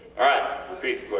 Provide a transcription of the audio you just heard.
alright repeat